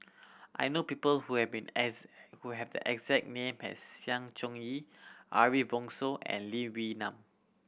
I know people who have been as who have the exact name as Sng Choon Yee Ariff Bongso and Lee Wee Nam